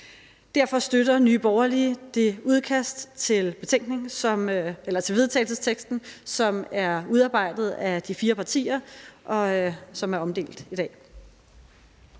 Derfor støtter Nye Borgerlige det forslag til vedtagelse, som er udarbejdet af de fire partier, og som er omdelt i dag.